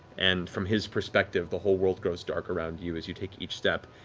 and from his perspective the whole world goes dark around you as you take each step.